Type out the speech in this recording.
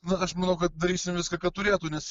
na aš manau kad darysim viską kad turėtų nes